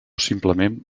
simplement